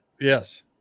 Yes